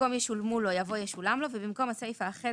במקום "ישולמו לו" יבוא "ישולם לו" ובמקום הסיפה החל